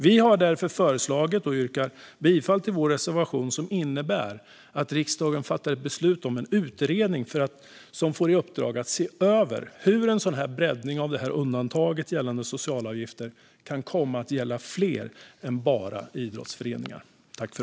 Vi yrkar därför bifall till vår reservation som innebär att riksdagen fattar beslut om en utredning som får i uppdrag att se över hur en breddning av undantaget gällande socialavgifter kan komma att gälla fler än bara idrottsföreningar.